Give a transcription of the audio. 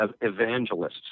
evangelists